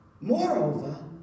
Moreover